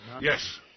Yes